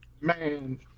Man